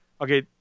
Okay